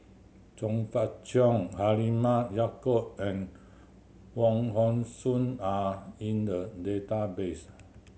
Chong Fah Cheong Halimah Yacob and Wong Hong Suen are in the database